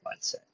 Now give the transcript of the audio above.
mindset